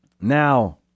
Now